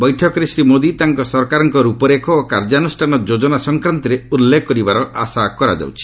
ବୈଠକରେ ଶ୍ରୀ ମୋଦି ତାଙ୍କ ସରକାରଙ୍କ ର୍ଚପରେଖ ଓ କାର୍ଯ୍ୟାନୁଷ୍ଠାନ ଯୋଜନା ସଂକ୍ରାନ୍ତରେ ଉଲ୍ଲେଖ କରିବାର ଆଶା କରାଯାଉଛି